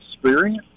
experience